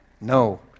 No